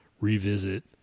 revisit